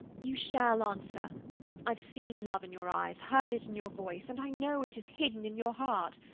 you shall answer i've seen love in your eyes, heard it in your voice, and i know it is hidden in your heart.